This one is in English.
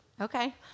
Okay